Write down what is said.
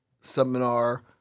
seminar